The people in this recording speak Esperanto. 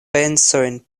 pensojn